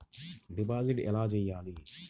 Deposit ఎలా చెయ్యాలి?